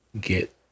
get